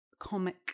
comic